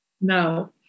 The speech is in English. No